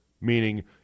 Meaning